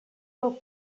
del